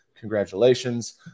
congratulations